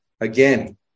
Again